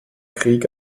krieg